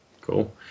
Cool